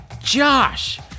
Josh